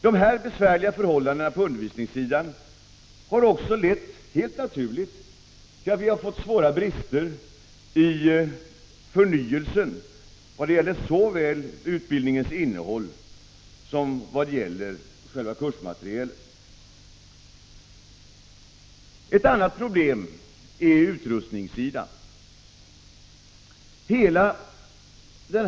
De här besvärliga förhållandena på undervisningssidan har också lett, helt naturligt, till att vi har fått svåra brister i förnyelsen vad gäller såväl utbildningens innehåll som själva kursmaterielen. Ett annat problem finns på utrustningssidan.